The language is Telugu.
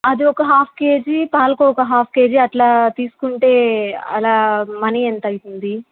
అది ఒక హాఫ్ కేజీ పాలకోవా ఒక హాఫ్ కేజీ అట్లా తీసుకుంటే అలా మనీ ఎంత అవుతుంది